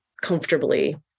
comfortably